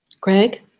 Greg